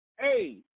Hey